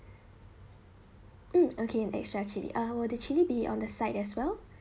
mm okay an extra chilli uh will the chilli be on the side as well